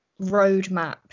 roadmap